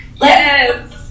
yes